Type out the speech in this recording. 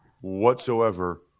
whatsoever